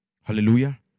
Hallelujah